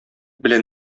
белән